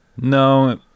No